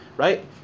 Right